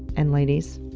and ladies,